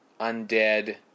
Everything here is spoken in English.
undead